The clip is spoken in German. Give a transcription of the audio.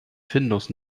findus